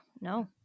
no